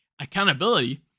accountability